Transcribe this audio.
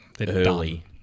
early